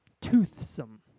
Toothsome